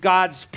God's